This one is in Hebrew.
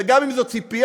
וגם אם זאת ציפייה,